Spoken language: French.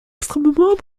extrêmement